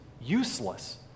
useless